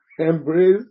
Embrace